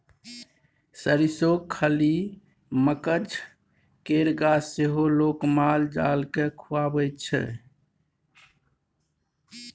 सरिसोक खल्ली, मकझ केर गाछ सेहो लोक माल जाल केँ खुआबै छै